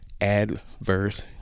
adverse